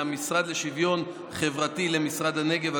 מהמשרד לשוויון חברתי למשרד הנגב,